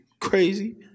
Crazy